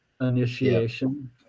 initiation